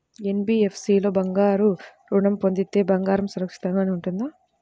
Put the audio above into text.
NBFC లో బంగారు ఋణం పొందితే బంగారం సురక్షితంగానే ఉంటుందా?